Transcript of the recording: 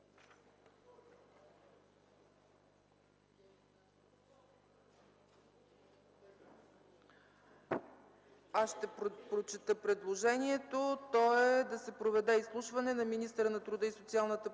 Аз ще прочета предложението. То е: ”Да се проведе изслушване на министъра на труда и социалната политика